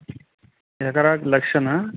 ఎక్కరా లక్షణ